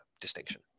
distinction